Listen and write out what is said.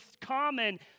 common